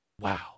wow